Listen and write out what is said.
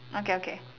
okay okay